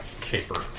caper